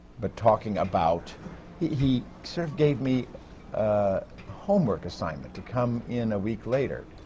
but talking about he sort of gave me a homework assignment to come in a week later,